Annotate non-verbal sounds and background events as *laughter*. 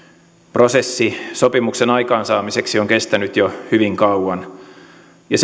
prosessi sopimuksen aikaansaamiseksi on kestänyt jo hyvin kauan ja *unintelligible*